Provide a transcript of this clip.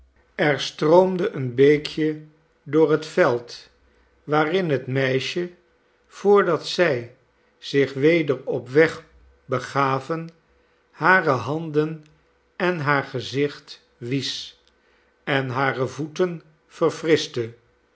er stroomde een beekje door het veld waarin het meisje voordat zij zich weder op weg begayen hare handen en haar gezicht wiesch en hare voeten